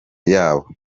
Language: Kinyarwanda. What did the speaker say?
yabo